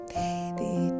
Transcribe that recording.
baby